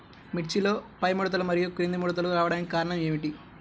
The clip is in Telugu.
మిర్చిలో పైముడతలు మరియు క్రింది ముడతలు రావడానికి కారణం ఏమిటి?